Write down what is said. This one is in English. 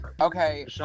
Okay